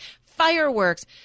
fireworks